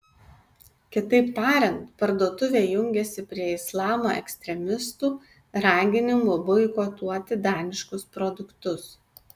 kitaip tariant parduotuvė jungiasi prie islamo ekstremistų raginimų boikotuoti daniškus produktus